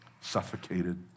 suffocated